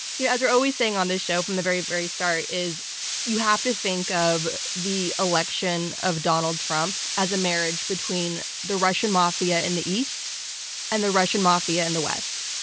you know as we're always saying on this show from the very, very start is you have to think of the election of donald trump as a marriage between the russian mafia in the east and the russian mafia in the west.